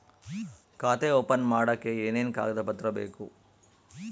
ಖಾತೆ ಓಪನ್ ಮಾಡಕ್ಕೆ ಏನೇನು ಕಾಗದ ಪತ್ರ ಬೇಕು?